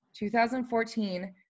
2014